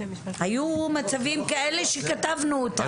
היו מצבים כאלה שכתבנו אותם.